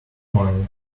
morning